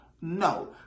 No